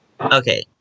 okay